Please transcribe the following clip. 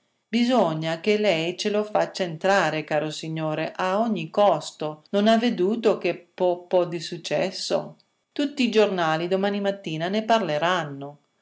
bisogna che lei ce lo faccia entrare caro signore a ogni costo non ha veduto che po po di successo tutti i giornali domattina ne parleranno